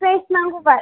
fresh नांगौबा